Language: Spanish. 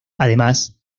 además